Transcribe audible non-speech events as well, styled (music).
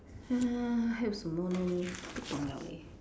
(noise) 还有什么 leh 不懂 liao leh